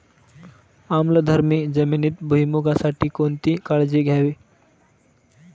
आम्लधर्मी जमिनीत भुईमूगासाठी कोणती काळजी घ्यावी?